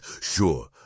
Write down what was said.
Sure